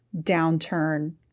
downturn